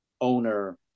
owner